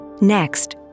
Next